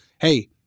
Hey